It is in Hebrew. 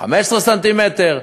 15 סנטימטר.